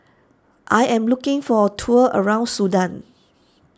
I am looking for a tour around Sudan